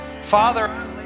Father